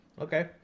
Okay